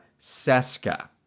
Seska